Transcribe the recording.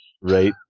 Right